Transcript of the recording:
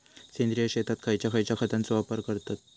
सेंद्रिय शेतात खयच्या खयच्या खतांचो वापर करतत?